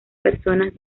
personas